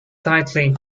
tightly